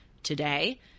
Today